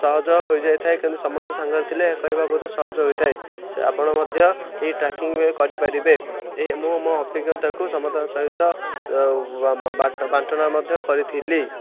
ସହଜ ହୋଇଯାଇଥାଏ କିନ୍ତୁ ସମସ୍ତେ ସାଙ୍ଗରେ ଥିଲେ କହିବା ବହୁତ ସହଜ ହୋଇଥାଏ ଆପଣ ମଧ୍ୟ ଏହି ଟ୍ରାକିଙ୍ଗରେ କରିପାରିବେ ମୁଁ ମୋ ଅଭିଜ୍ଞତାକୁ ସମସ୍ତଙ୍କ ସହିତ ବାଣ୍ଟଣ ମଧ୍ୟ କରିଥିଲି